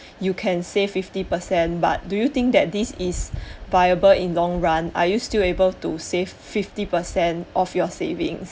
you can save fifty percent but do you think that this is viable in long run are you still able to save fifty percent of your savings